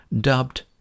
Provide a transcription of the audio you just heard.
dubbed